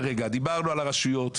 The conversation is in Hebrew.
דיברנו על הרשויות,